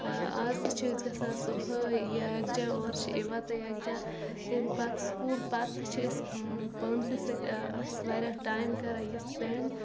آز تہِ چھِ أسۍ گَژھان صُبحٲے یَکجاہ اورٕ چھِ یِوان تہِ یَکجاہ تَمہِ پَتہٕ سکوٗل پَتہٕ تہِ چھِ أسۍ پانسٕے سۭتۍ أسۍ واریاہ ٹایم کَران یہِ سٕپٮ۪نٛڈ